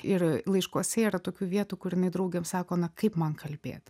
ir laiškuose yra tokių vietų kur jinai draugėm sako na kaip man kalbėt